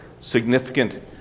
significant